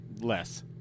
less